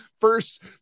first